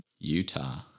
Utah